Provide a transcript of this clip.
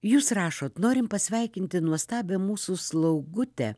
jūs rašot norim pasveikinti nuostabią mūsų slaugutę